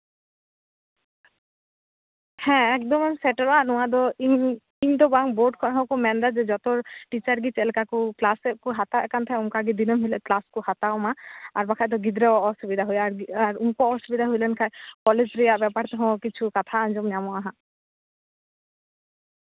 ᱦᱮᱸ ᱮᱠᱫᱚᱢᱮᱢ ᱥᱮᱴᱮᱨᱚᱜᱼᱟ ᱟᱨ ᱱᱚᱣᱟ ᱫᱚ ᱤᱧ ᱤᱧ ᱫᱚ ᱵᱟᱝ ᱡᱮ ᱵᱳᱨᱰ ᱠᱷᱚᱡ ᱦᱚᱸᱠᱚ ᱢᱮᱱᱫᱟ ᱡᱮ ᱡᱚᱛᱚ ᱴᱤᱪᱟᱨ ᱜᱮ ᱪᱮᱫ ᱞᱮᱠᱟ ᱠᱚ ᱠᱞᱟᱥ ᱠᱚ ᱦᱟᱛᱟᱣᱮᱫ ᱛᱟᱦᱮᱸᱫ ᱚᱱᱠᱟ ᱜᱮ ᱫᱤᱱᱟᱹᱢ ᱦᱤᱞᱟᱹᱜ ᱠᱞᱟᱥ ᱠᱚ ᱦᱟᱛᱟᱣ ᱢᱟ ᱟᱨ ᱵᱟᱠᱷᱟᱡ ᱫᱚ ᱜᱤᱫᱽᱨᱟᱹᱣᱟᱜ ᱚᱥᱩᱵᱤᱫᱟ ᱦᱩᱭᱩᱜᱼᱟ ᱟᱨ ᱩᱱᱠᱩᱣᱟᱜ ᱚᱥᱩᱵᱤᱫᱟ ᱦᱩᱭ ᱞᱮᱱᱠᱷᱟᱡ ᱠᱚᱞᱮᱡᱽ ᱨᱮᱭᱟᱜ ᱵᱮᱯᱟᱨ ᱛᱮᱦᱚᱸ ᱠᱤᱪᱷᱩ ᱠᱟᱛᱷᱟ ᱟᱸᱡᱚᱢ ᱧᱟᱢᱚᱜᱼᱟ ᱦᱟᱸᱜ